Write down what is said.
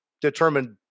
determined